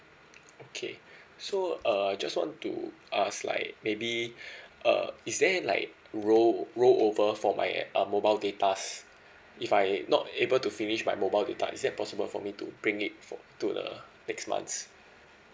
okay so uh I just want to ask like maybe uh is there like roll roll over for my uh mobile data if I not able to finish my mobile data is that possible for me to bring it for to the next months